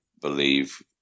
believe